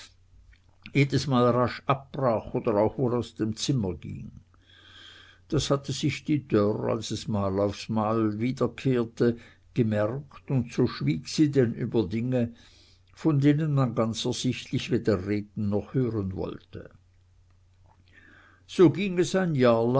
jedesmal rasch abbrach oder auch wohl aus dem zimmer ging das hatte sich die dörr als es mal auf mal wiederkehrte gemerkt und so schwieg sie denn über dinge von denen man ganz ersichtlich weder reden noch hören wollte so ging es ein